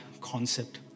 concept